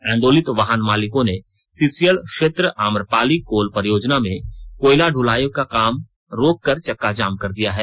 आंदोलित वाहन मालिकों ने सीसीएल क्षेत्र आम्रपाली कोल परियोजना में कोयला दलाई का काम रोक कर चक्का जाम कर दिया है